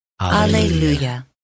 Alleluia